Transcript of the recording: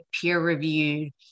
peer-reviewed